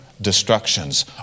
destructions